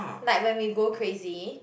like when we go crazy